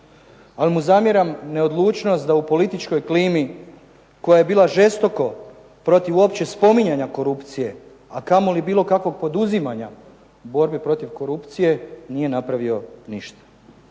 ali mu zamjeram neodlučnost da u političkoj klimi koja je bila žestoko protiv uopće spominjanja korupcije, a kamoli bilo kakvog poduzimanja u borbi protiv korupcije nije napravio ništa.